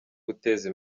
guteza